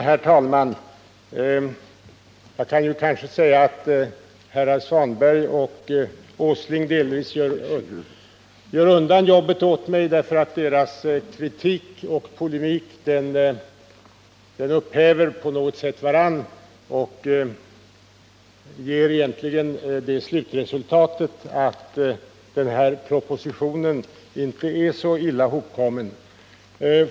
Herr talman! Jag kanske kan säga att herrar Svanberg och Åsling delvis gör undan jobbet åt mig, därför att deras kritik och polemik på något sätt upphäver varann och egentligen ger det slutresultatet att propositionen inte är så illa hopkommen.